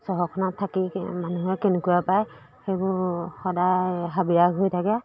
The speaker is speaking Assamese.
চহৰখনত থাকি মানুহে কেনেকুৱা পায় সেইবোৰ সদায় হাবিৰাগ হৈ থাকে